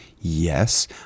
Yes